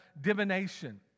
divination